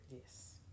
Yes